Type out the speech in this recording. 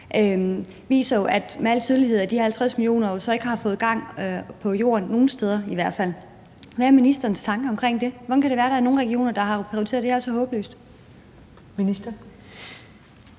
viser med al tydelighed, at de 50 mio. kr. jo så ikke har fået gang på jord, i hvert fald nogle steder. Hvad er ministerens tanker omkring det? Hvordan kan det være, at der er nogle regioner, der har prioriteret så håbløst? Kl.